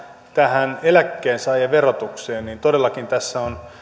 tähän eläkkeensaajan verotukseen niin todellakin tässä on